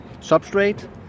substrate